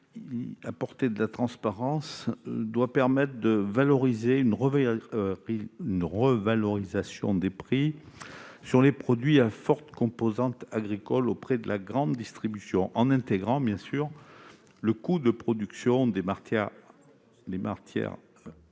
apporter de la transparence permet une revalorisation des prix sur les produits à forte composante agricole auprès de la grande distribution- en intégrant, bien sûr, le coût de production des matières